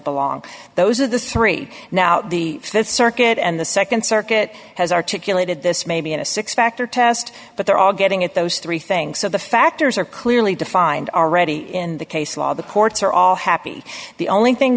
belong those are the three now the th circuit and the nd circuit has articulated this maybe in a six factor test but they're all getting at those three things so the factors are clearly defined already in the case law the courts are all happy the only thing